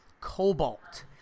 cobalt